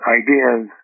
ideas